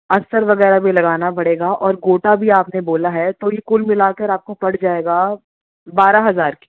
استر وغیرہ بھی لگانا پڑے گا اور گوٹا بھی آپ نے بولا ہے تو یہ کل ملا کر آپ کو پڑ جائے گا بارہ ہزار